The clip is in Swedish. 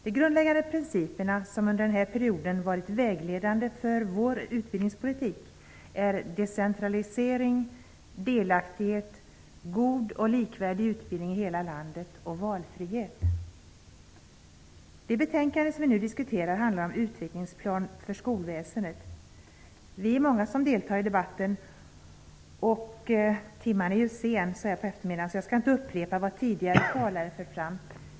De grundläggande principer som under den här perioden har varit vägledande för vår utbildningspolitik är decentralisering, delaktighet, god och likvärdig utbildning i hela landet och valfrihet. Det betänkande som vi nu diskuterar handlar om Utvecklingsplan för skolväsendet. Vi är många som deltar i debatten, och timmen är sen, så jag skall inte upprepa vad talarna tidigare har fört fram.